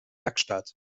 werkstatt